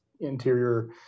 interior